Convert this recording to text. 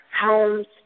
homes